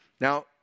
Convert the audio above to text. Now